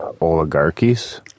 Oligarchies